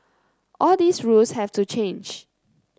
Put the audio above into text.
all these rules have to change